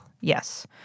Yes